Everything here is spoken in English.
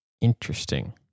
Interesting